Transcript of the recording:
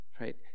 right